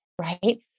right